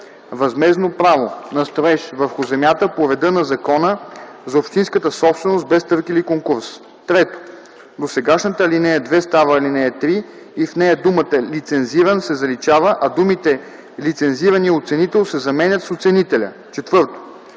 възмездно право на строеж върху земята по реда на Закона за общинската собственост без търг или конкурс.” 3. Досегашната ал. 2 става ал. 3 и в нея думата „лицензиран” се заличава, а думите „лицензирания оценител” се заменят с „оценителя”. 4.